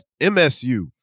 MSU